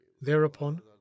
Thereupon